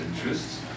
interests